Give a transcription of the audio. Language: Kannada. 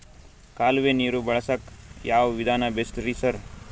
ಕಾಲುವೆ ನೀರು ಬಳಸಕ್ಕ್ ಯಾವ್ ವಿಧಾನ ಬೆಸ್ಟ್ ರಿ ಸರ್?